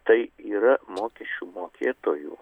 tai yra mokesčių mokėtojų